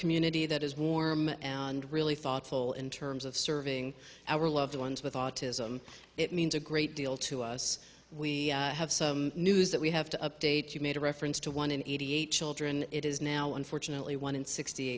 community that is warm and really thoughtful in terms of serving our loved ones with autism it means a great deal to us we have some news that we have to update you made a reference to one in eighty eight children it is now unfortunately one in sixty